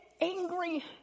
angry